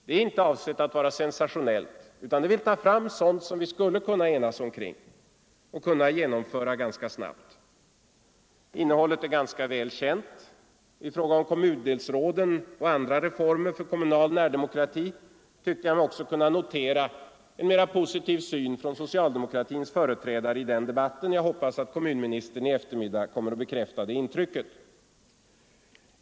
Det är inte avsett att vara sensationellt utan är inriktat på sådant som vi skulle kunna enas om och genomföra ganska snabbt Innehållet är väl känt. I fråga om kommundelsråden och andra reformer för kommunal närdemokrati tyckte jag mig också kunna notera en mer positiv syn från socialdemokraternas företrädare i debatten häromveckan. Jag hoppas att kommunministern i eftermiddag kommer att bekräfta det intrycket.